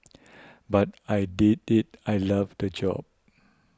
but I did it I loved the job